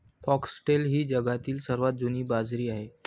foxtail ही जगातील सर्वात जुनी बाजरी आहे